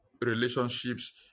relationships